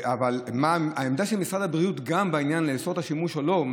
אבל העמדה של משרד הבריאות גם בעניין של לאסור את השימוש או לא,